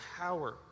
power